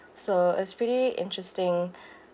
so it's pretty interesting